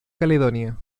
caledonia